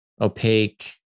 opaque